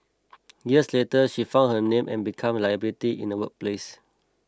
years later she found that her name and become a liability in the workplace